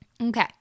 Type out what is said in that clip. Okay